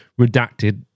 redacted